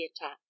attack